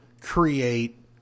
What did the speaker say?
create